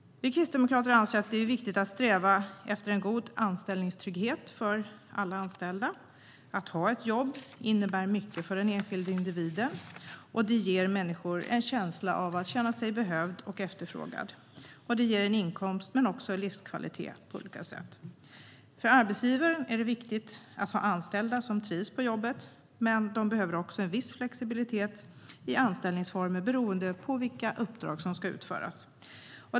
Vi kristdemokrater anser att det är viktigt att sträva efter en god anställningstrygghet för alla anställda. Att ha ett jobb innebär mycket för den enskilde individen. Det ger människor en känsla av att känna sig behövda och efterfrågade, och det ger inkomst och livskvalitet. För arbetsgivare är det viktigt att ha anställda som trivs på jobbet, men de behöver också en viss flexibilitet i anställningsformer beroende på vilka uppdrag som ska utföras.